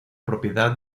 propiedad